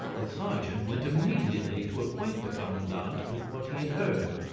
the sergeant went immediately to acquaint the commandant with what he had heard.